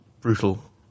brutal